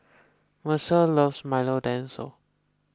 Mercer loves Milo Dinosaur